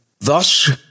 thus